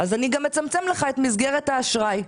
אני אצמצם לך את מסגרת האשראי".